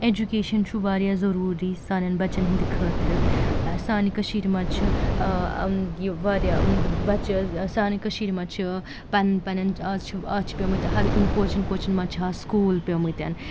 education چھُ واریاہ ضٔروٗری سانٮ۪ن بَچَن ہِنٛدِ خٲطرٕ سانہِ کٔشیٖرِ منٛز چھِ یہِ واریاہ بَچہٕ سانہِ کٔشیٖرِ منٛز چھِ پَنٕنۍ پَننٮ۪ن آز چھِ آز چھِ پیٚمٕتۍ ہر کُنہِ کوچَن کوچَن منٛز چھِ آز سکوٗل پیٚمٕتۍ